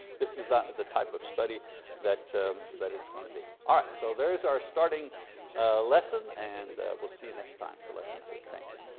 this is the the type of study that that it's going to be. alright. so there is our starting lesson and we'll see you next time for lesson two. thank you.